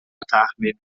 تحویل